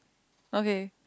okay